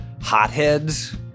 hotheads